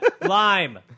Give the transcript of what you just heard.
Lime